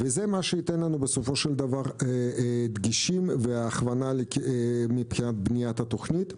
וזה מה שייתן לנו בסופו של דבר דגשים והכוונה מבחינת בניית התוכנית.